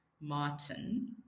Martin